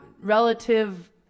relative